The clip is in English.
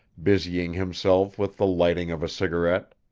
busying himself with the lighting of a cigarette.